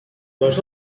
nós